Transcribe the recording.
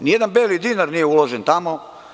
Nijedan beli dinar nije uložen tamo.